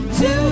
two